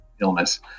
illness